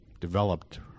developed